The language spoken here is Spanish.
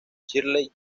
shirley